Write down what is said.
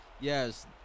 yes